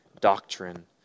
doctrine